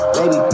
Baby